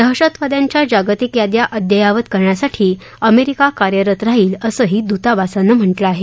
दहशतवाद्यांच्या जागतिक याद्या अद्ययावत करण्यासाठी अमेरिका कार्यरत राहील असंही दूतावासानं म्हटलंय